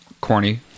corny